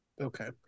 okay